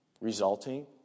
Resulting